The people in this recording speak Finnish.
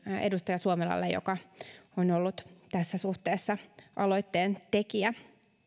edustaja suomelalle joka on ollut tässä suhteessa aloitteen tekijä